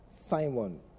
Simon